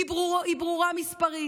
היא ברורה מספרית,